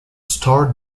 store